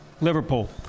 Liverpool